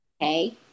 Okay